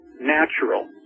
natural